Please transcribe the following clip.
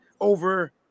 over